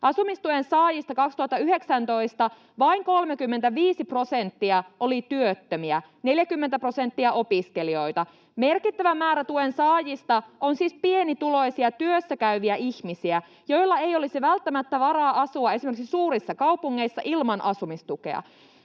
Asumistuen saajista vuonna 2019 vain 35 prosenttia oli työttömiä, 40 prosenttia opiskelijoita. Merkittävä määrä tuen saajista on siis pienituloisia, työssäkäyviä ihmisiä, joilla ei olisi välttämättä varaa asua esimerkiksi suurissa kaupungeissa ilman asumistukea.